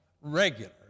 regular